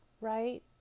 right